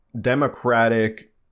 democratic